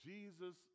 Jesus